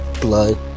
blood